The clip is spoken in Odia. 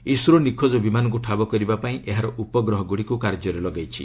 ଇସ୍ରୋ ନିଖୋଜ ବିମାନକୁ ଠାବ କରିବାପାଇଁ ଏହାର ଉପଗ୍ରହଗୁଡ଼ିକୁ କାର୍ଯ୍ୟରେ ଲଗାଇଛି